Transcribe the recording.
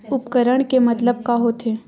उपकरण के मतलब का होथे?